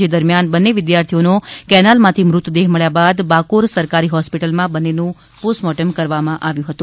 જે દરમિયાન બંને વિદ્યાર્થીઓનો કેનાલમાંથી મૃતદેહ મળ્યા બાદ બાકોર સરકારી હોસ્પિટલમાં બંનેનું પોસ્ટમોર્ટમ કરવામાં આવ્યું હતું